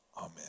Amen